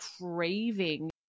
craving